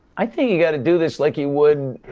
i think you gotta do this like you would,